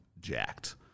jacked